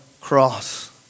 cross